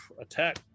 attack